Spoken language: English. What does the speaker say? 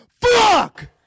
Fuck